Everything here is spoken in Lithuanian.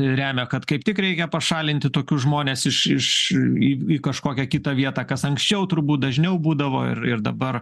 remia kad kaip tik reikia pašalinti tokius žmones iš iš į į kažkokią kitą vietą kas anksčiau turbūt dažniau būdavo ir ir dabar